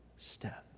step